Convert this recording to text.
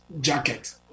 jacket